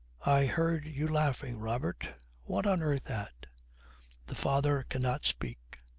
i heard you laughing, robert what on earth at the father cannot speak.